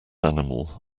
animal